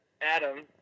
Adam